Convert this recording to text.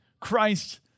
Christ